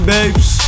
Babes